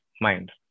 mind